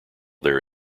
there